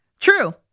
True